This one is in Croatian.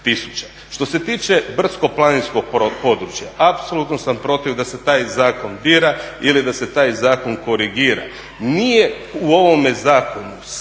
Što se tiče brdsko-planinskog područja, apsolutno sam protiv da se taj zakon dira ili da se taj zakon korigira. Nije u ovom zakonu